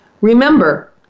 Remember